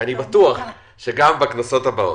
ואני בטוח שגם בכנסות הבאות.